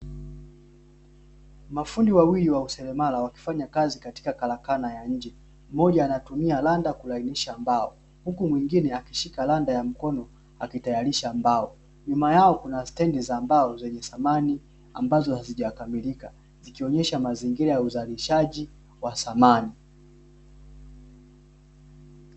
Mafundi mawili wa uselemala wakifanya kazi katika kalakana ya njee, mmmoja kutumia randa kulainisha mbao, huku mwingine akishika randa ya mkono akitaharisha mbao; nyuma yao kuna stendi za mbao zenye samani ambazo hazijakamilika, zikionyesha mazingira ya uzalishaji wa samani.